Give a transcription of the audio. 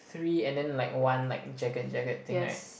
three and then like one like jagged jagged thing right